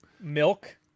Milk